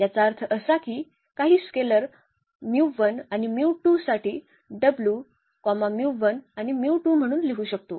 याचा अर्थ असा की काही स्केलेर आणिसाठी w आणिम्हणून लिहू शकतो